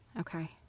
okay